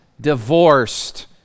divorced